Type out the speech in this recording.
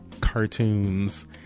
cartoons